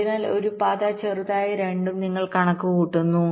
അതിനാൽ ഒരു പാത ചെറുതായ രണ്ടും നിങ്ങൾ കണക്കുകൂട്ടുന്നു